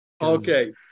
Okay